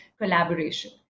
collaboration